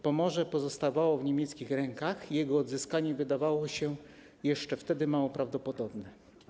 Pomorze pozostawało w niemieckich rękach, a jego odzyskanie wydawało się jeszcze wtedy mało prawdopodobne.